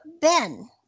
Ben